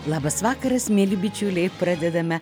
labas vakaras mieli bičiuliai pradedame